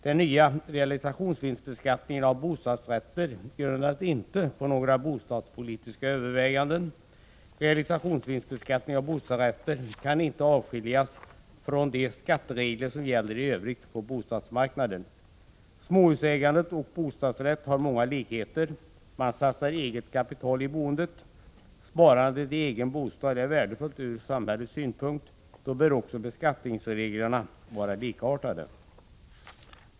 Den nya realisationsvinstbeskattningen av bostadsrätter grundades inte på några bostadspolitiska överväganden. Realisationsvinstbeskattningen av bostadsrätter kan inte avskiljas från de skatteregler som gäller i övrigt på bostadsmarknaden. Småhusägande och bostadsrätt har många likheter. Man satsar eget kapital i boendet. Sparandet i egen bostad är värdefullt ur samhällets synpunkt. Då bör också beskattningsreglerna vara likartade.